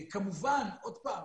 כמובן, עוד פעם,